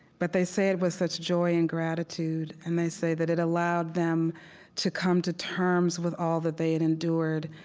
but they say it with such joy and gratitude. and they say that it allowed them to come to terms with all that they had endured,